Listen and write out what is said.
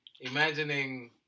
Imagining